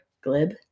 Glib